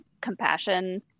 compassion